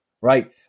right